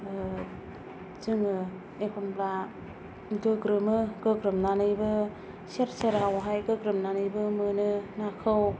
जोङो एखनब्ला गोग्रोमो गोग्रोमनानैबो सेर सेरावहाय गोग्रोमनानैबो मोनो नाखौ